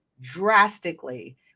drastically